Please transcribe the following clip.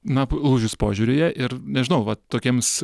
na lūžis požiūryje ir nežinau va tokiems